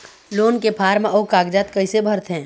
Loan के form अऊ कागजात कइसे भरथें?